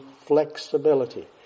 flexibility